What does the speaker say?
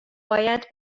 باید